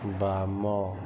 ବାମ